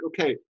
okay